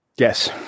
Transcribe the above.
Yes